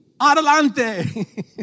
Adelante